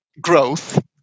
growth